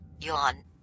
yawn